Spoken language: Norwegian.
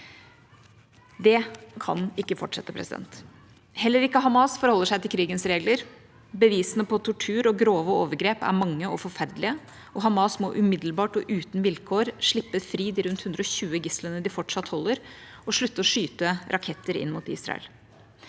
Det kan ikke fortsette. Heller ikke Hamas forholder seg til krigens regler. Bevisene på tortur og grove overgrep er mange og forferdelige, og Hamas må umiddelbart og uten vilkår slippe fri de rundt 120 gislene de fortsatt holder, og slutte å skyte raketter inn mot Israel.